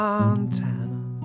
Montana